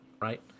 right